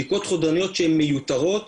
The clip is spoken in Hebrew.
בדיקות חודרניות שהן מיותרות,